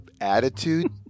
attitude